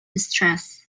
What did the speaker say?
distress